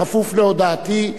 בכפוף להודעתי,